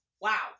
Wow